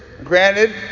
Granted